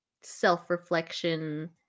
self-reflection